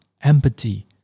empathy